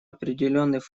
определенных